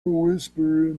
whisperer